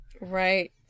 Right